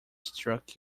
struck